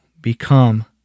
become